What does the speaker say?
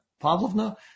Pavlovna